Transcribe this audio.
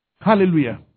Hallelujah